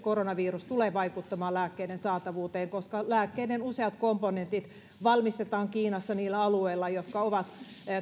koronavirus tulee vaikuttamaan lääkkeiden saatavuuteen koska lääkkeiden useat komponentit valmistetaan kiinassa niillä alueilla jotka ovat